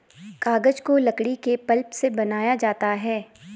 कागज को लकड़ी के पल्प से बनाया जाता है